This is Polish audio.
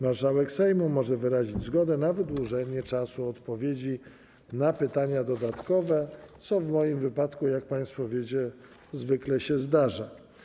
Marszałek Sejmu może wyrazić zgodę na wydłużenie czasu odpowiedzi na pytania dodatkowe, co w moim wypadku, jak państwo wiecie, zwykle się zdarza.